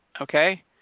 Okay